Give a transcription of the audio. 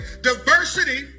diversity